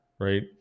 right